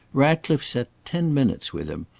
ratcliffe sat ten minutes with him,